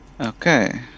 Okay